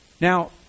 Now